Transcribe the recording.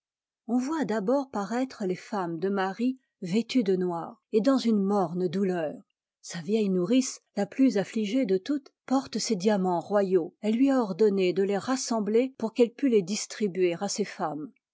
on voit d'abord paraître les femmes de marie d vêtues de noir et dans une morne douleur sa p vieille nourrice la plus affligée de toutes porte il ses diamants royaux elle lui a ordonné de les t rassembler pour qu'elle pût les distribuer à ses femmes